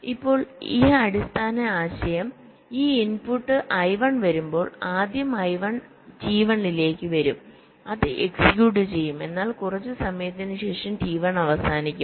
ഇപ്പോൾ അടിസ്ഥാന ആശയം ഈ ഇൻപുട്ട് I1 വരുമ്പോൾ ആദ്യം I1 T1 ലേക്ക് വരും അത് എക്സിക്യൂട്ട് ചെയ്യും എന്നാൽ കുറച്ച് സമയത്തിന് ശേഷം T1 അവസാനിക്കും